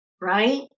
right